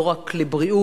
לא רק לבריאות,